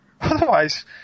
Otherwise